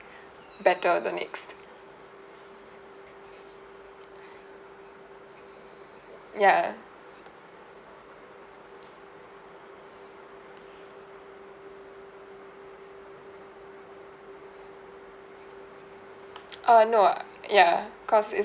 better the next ya err no ya cause it's